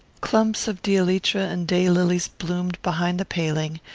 clumps of dielytra and day-lilies bloomed behind the paling,